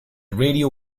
radio